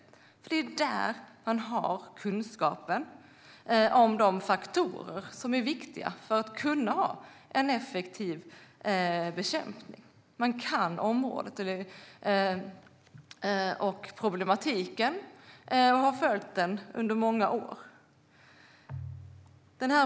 Det är nämligen där man har kunskapen om de faktorer som är viktiga för att kunna ha en effektiv bekämpning. Man kan området och problematiken och har följt den under många år.